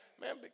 Man